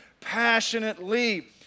passionately